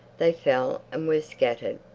they fell and were scattered.